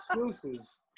excuses